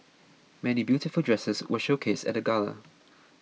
many beautiful dresses were showcased at the gala